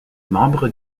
membre